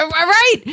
Right